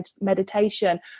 meditation